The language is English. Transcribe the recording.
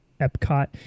Epcot